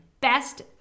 best